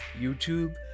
YouTube